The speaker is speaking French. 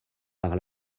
par